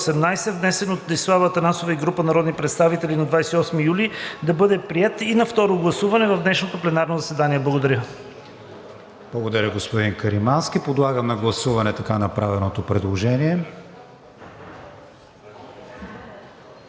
внесен от Десислава Атанасова и група народни представители на 28 юли, да бъде приет и на второ гласуване в днешното пленарно заседание. Благодаря. ПРЕДСЕДАТЕЛ КРИСТИАН ВИГЕНИН: Благодаря, господин Каримански. Подлагам на гласуване така направеното предложение.